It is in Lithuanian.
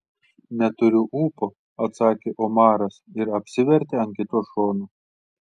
neturiu ūpo atsakė omaras ir apsivertė ant kito šono